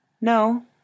No